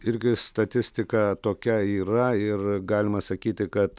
irgi statistika tokia yra ir galima sakyti kad